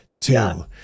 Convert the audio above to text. two